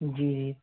جی